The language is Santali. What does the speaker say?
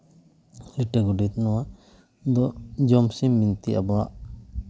ᱞᱤᱴᱟᱹ ᱜᱳᱰᱮᱛ ᱱᱚᱣᱟ ᱫᱚ ᱡᱚᱢᱥᱤᱢ ᱵᱤᱱᱛᱤ ᱟᱵᱚᱣᱟᱜ